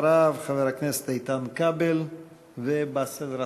אחריו, חברי הכנסת איתן כבל ובאסל גטאס,